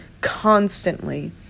constantly